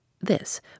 This